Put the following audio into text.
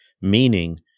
Meaning